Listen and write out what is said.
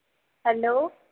hello